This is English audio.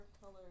color